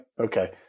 Okay